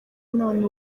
none